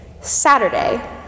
Saturday